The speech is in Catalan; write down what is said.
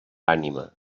ànima